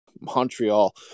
Montreal